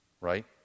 right